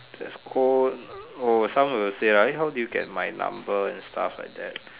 that's call oh some will say like how did you get my number and stuff like that